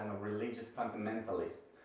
religious fundamentalists.